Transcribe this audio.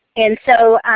and so,